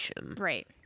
right